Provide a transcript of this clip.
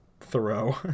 Thoreau